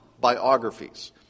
biographies